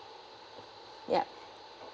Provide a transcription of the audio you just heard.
yup